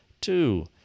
Two